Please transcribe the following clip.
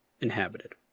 inhabited